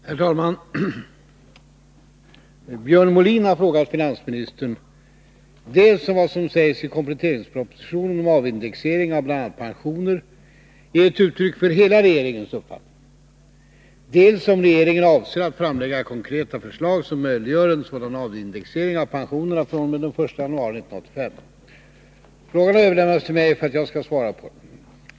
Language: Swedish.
Herr talman! Björn Molin har frågat finansministern dels om vad som sägs i kompletteringspropositionen om avindexering av bl.a. pensioner är ett uttryck för hela regeringens uppfattning, dels om regeringen avser att framlägga konkreta förslag som möjliggör en sådan avindexering av pensionerna fr.o.m. den 1 januari 1985. Frågan har överlämnats till mig för att jag skall svara på den.